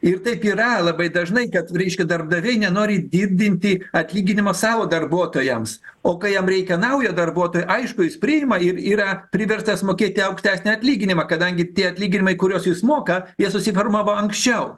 ir taip yra labai dažnai kad reiškia darbdaviai nenori didinti atlyginimą savo darbuotojams o kai jam reikia naujo darbuotojo aišku jis priima ir yra priverstas mokėti aukštesnį atlyginimą kadangi tie atlyginimai kuriuos jis moka jie susiformavo anksčiau